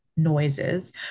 noises